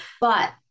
But-